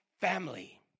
family